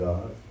God